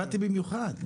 במיוחד,